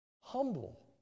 Humble